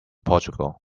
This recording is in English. portugal